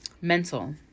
mental